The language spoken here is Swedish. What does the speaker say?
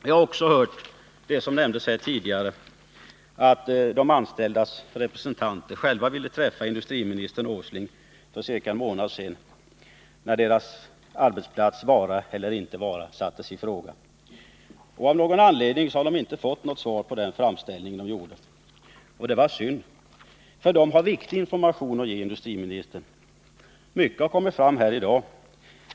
Jag har också hört talas om det som nämndes här tidigare, nämligen att de anställdas representanter själva ville träffa industriminister Åsling, när för ca en månad sedan deras arbetsplats existens sattes i fråga. Av någon anledning har de inte fått något svar på den framställning de gjorde. Det var synd. De har viktig information att ge industriministern. Mycket har kommit fram här i dag.